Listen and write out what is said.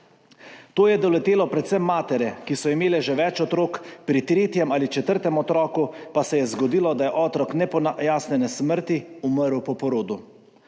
To je doletelo predvsem matere, ki so imele že več otrok, pri tretjem ali četrtem otroku pa se je zgodilo, da je otrok nepojasnjene smrti umrl po porodu.